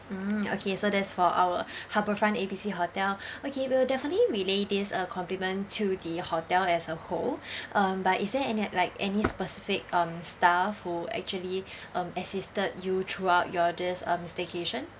mm okay so that's for our harbour front A B C hotel okay we'll definitely relay this uh compliment to the hotel as a whole um but is there any like any specific um staff who actually um assisted you throughout your this um staycation